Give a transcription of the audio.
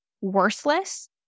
worthless